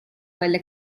quelle